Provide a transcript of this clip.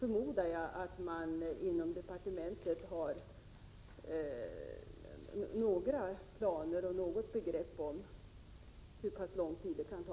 Jag förmodar att man inom departementet har något begrepp om hur pass lång tid detta kan ta.